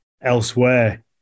elsewhere